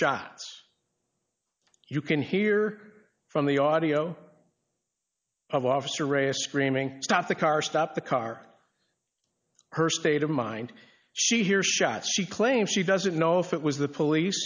shots you can hear from the audio of officer raya screaming stop the car stop the car her state of mind she hears shots she claims she doesn't know if it was the police